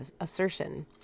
assertion